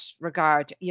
regard